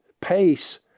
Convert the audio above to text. pace